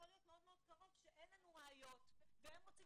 אבל התהליך יכול להיות משהו מאוד --- שאין לנו ראיות והם רוצים